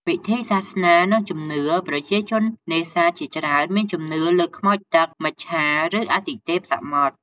ពិធីសាសនា និងជំនឿ ប្រជាជននេសាទជាច្រើនមានជំនឿលើខ្មោចទឹក មច្ឆា ឬអាទិទេពសមុទ្រ។